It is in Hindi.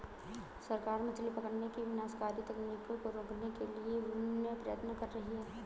सरकार मछली पकड़ने की विनाशकारी तकनीकों को रोकने के लिए विभिन्न प्रयत्न कर रही है